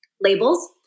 labels